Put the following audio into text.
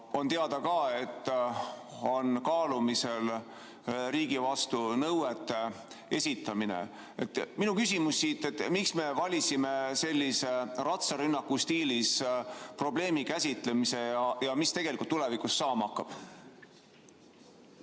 On teada ka, et on kaalumisel riigi vastu nõuete esitamine. Minu küsimus siit: miks me valisime sellise ratsarünnaku stiilis probleemi käsitlemise? Ja mis tulevikus tegelikult saama hakkab?